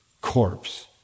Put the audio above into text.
corpse